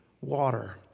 water